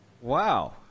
Wow